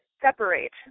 separate